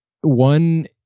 one